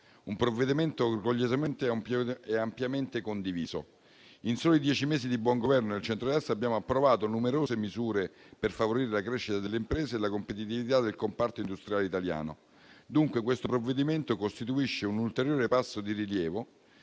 Un provvedimento orgogliosamente e ampiamente condiviso. In soli dieci mesi di buon governo del centrodestra abbiamo approvato numerose misure per favorire la crescita delle imprese e la competitività del comparto industriale italiano. Dunque, questo provvedimento costituisce un ulteriore passo di rilievo